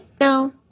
No